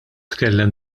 tkellem